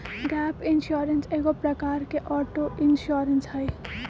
gap insurance एगो प्रकार के ऑटो इंश्योरेंस हइ